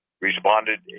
responded